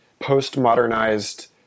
postmodernized